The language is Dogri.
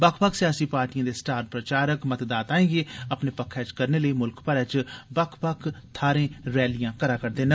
बक्ख बक्ख सियासी पार्टिएं दे स्टार प्रचारक मतदाताएं गी अपने पक्खै च करने लेई मुल्ख भरै च बक्ख बक्ख बक्ख थाहरें रैलियां करा' रदे न